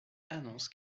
annonce